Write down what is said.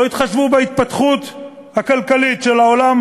לא התחשבו בהתפתחות הכלכלית של העולם,